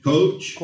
Coach